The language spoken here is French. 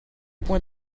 point